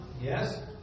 Yes